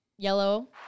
Yellow